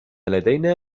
لدينا